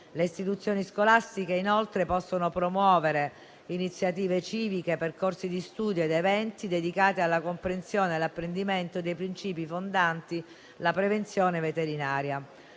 Le istituzioni scolastiche, inoltre, possono promuovere iniziative civiche, percorsi di studio ed eventi dedicati alla comprensione e all'apprendimento dei principi fondanti la prevenzione veterinaria.